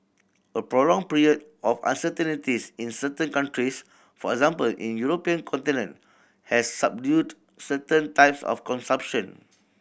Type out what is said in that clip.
a prolonged period of uncertainties in certain countries for example in European continent has subdued certain types of consumption